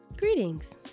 Greetings